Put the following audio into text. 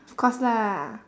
of course lah